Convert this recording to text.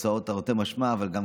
תרתי משמע, אבל גם